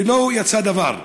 ולא יצא דבר.